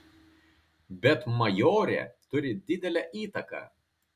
bet majorė turi didelę įtaką